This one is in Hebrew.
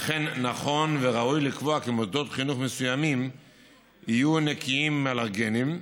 אכן נכון וראוי לקבוע כי מוסדות חינוך מסוימים יהיו נקיים מאלרגנים,